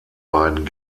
beiden